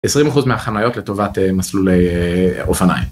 20% מהחניות לטובת מסלולי אופניים.